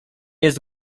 jest